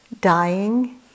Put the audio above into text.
dying